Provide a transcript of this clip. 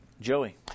Joey